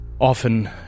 Often